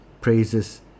praises